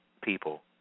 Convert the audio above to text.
people